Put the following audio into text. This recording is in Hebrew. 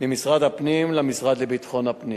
ממשרד הפנים למשרד לביטחון הפנים.